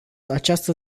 această